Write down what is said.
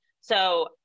So-